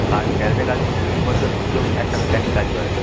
কাজ গ্যারেজের কাজ তো দুই বছর শিখেও একটা মেকানিক কাজ করে